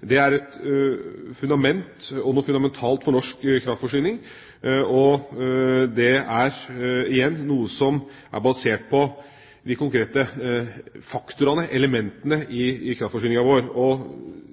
Det er et fundament og noe fundamentalt for norsk kraftforsyning, og det er igjen noe som er basert på de konkrete faktorene, elementene, i kraftforsyninga vår.